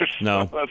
No